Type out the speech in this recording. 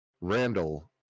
Randall